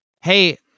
hey